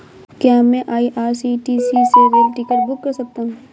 क्या मैं आई.आर.सी.टी.सी से रेल टिकट बुक कर सकता हूँ?